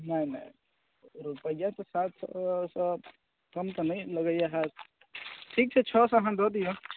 नहि नहि रूपैआ तऽ सात सए सँ कम तऽ नहि लगैया होयत ठीक छै छओ सए अहाँ दऽ दिअ